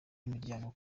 imiryango